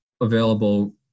available